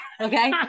okay